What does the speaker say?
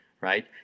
Right